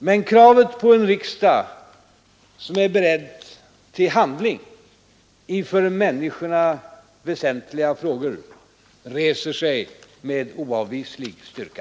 Men kravet på en riksdag som är beredd till handling i för människorna väsentliga frågor reser sig med oavvislig styrka.